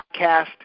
Podcast